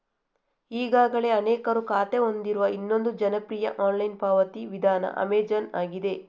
ಈಗಾಗಲೇ ಅನೇಕರು ಖಾತೆ ಹೊಂದಿರುವ ಇನ್ನೊಂದು ಜನಪ್ರಿಯ ಆನ್ಲೈನ್ ಪಾವತಿ ವಿಧಾನ ಅಮೆಜಾನ್ ಆಗಿದೆ